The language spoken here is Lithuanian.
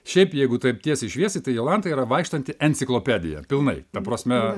šiaip jeigu taip tiesiai šviesiai tai jolanta yra vaikštanti enciklopedija pilnai ta prasme